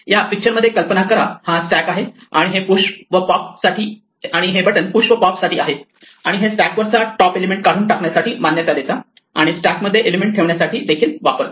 या पिक्चर मध्ये कल्पना करा हा स्टॅक आहे आणि हे बटन पुश व पॉप साठी आहेत आणि हे स्टॅक वरचा टॉप एलिमेंट काढून टाकण्यासाठी मान्यता देतात आणि स्टॅक मध्ये एलिमेंट ठेवण्यासाठी देखील वापरतात